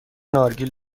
نارگیل